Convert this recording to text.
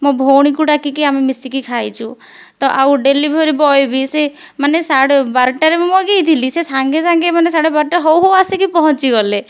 ମୋ ଭଉଣୀକୁ ଡାକିକି ଆମେ ମିଶିକି ଖାଇଛୁ ତ ଆଉ ଡେଲିଭରି ବୟ ବି ସେ ମାନେ ସାଢ଼େ ବାରଟାରେ ମୁଁ ମଗାଇଥିଲି ସେ ସାଙ୍ଗେ ସାଙ୍ଗେ ମାନେ ସାଢ଼େ ବାରଟା ହଉ ହଉ ଆସିକି ପହଞ୍ଚିଗଲେ